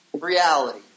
reality